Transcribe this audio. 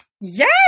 yes